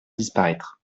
disparaître